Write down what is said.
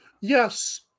Yes